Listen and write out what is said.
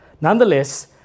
Nonetheless